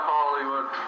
Hollywood